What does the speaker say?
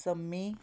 ਸੰਮੀ